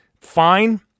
fine